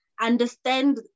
understand